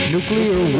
Nuclear